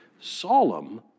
solemn